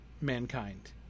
mankind